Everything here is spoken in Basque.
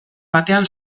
batean